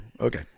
okay